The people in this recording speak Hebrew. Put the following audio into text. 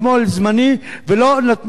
ולא נתנו פתרון קבוע,